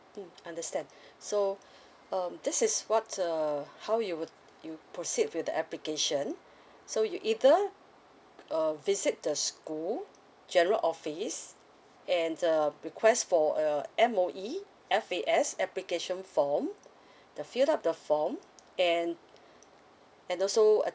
mm understand so um this is what's err how you would you proceed with the application so you either uh visit the school general office and uh request for a M_O_E F_A_S application form then fill up the form then and also